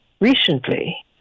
recently